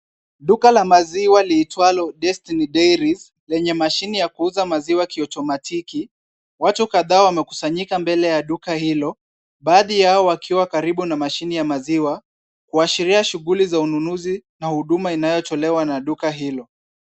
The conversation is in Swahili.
Duka la maziwa liitwalo Destiny Dairies, lenye mashine ya kuuza maziwa kiotomatiki. Watu kadhaa wamekusanyika mbele ya duka hilo, baadhi yao wakiwa karibu na mashine ya maziwa, kuashiria shughuli za ununuzi na huduma inayotolewa na duka hilo.